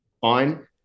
Fine